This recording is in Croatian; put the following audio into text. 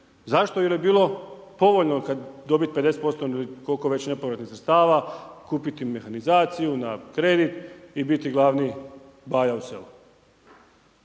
Zašto? Jer je bilo povoljno dobiti 50% ili koliko već nepovratnih sredstava, kupiti mehanizaciju na kredi i biti glavni baja u selu.